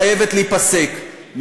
חייבת להיפסק.